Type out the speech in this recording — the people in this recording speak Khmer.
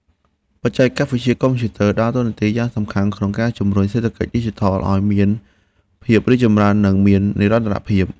បច្ចេកវិទ្យាកុំព្យូទ័រដើរតួនាទីយ៉ាងសំខាន់ក្នុងការជំរុញសេដ្ឋកិច្ចឌីជីថលឱ្យមានភាពរីកចម្រើន និងមាននិរន្តរភាព។